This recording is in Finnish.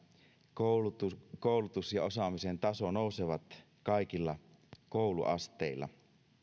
koulutus koulutus ja osaamisen taso nousevat kaikilla kouluasteilla